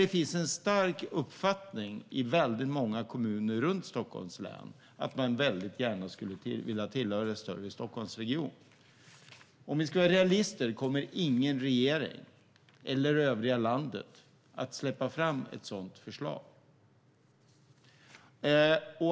Det finns en stark uppfattning i väldigt många kommuner runt Stockholms län att man gärna vill tillhöra en större Stockholmsregion. Om vi ska vara realister kan vi konstatera att ingen regering, eller övriga landet, kommer att släppa fram ett sådant förslag.